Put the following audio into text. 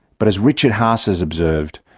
but as richard haass has observed,